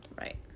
Right